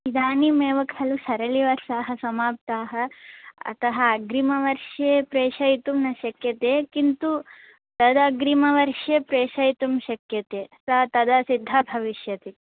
इदानीमेव खलु सरळीवरसाः समाप्ताः अतः अग्रिमवर्षे प्रेषयितुं न शक्यते किन्तु तदग्रिमवर्षे प्रेषयितुं शक्यते सा तदा सिद्धा भविष्यति